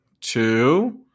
two